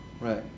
Right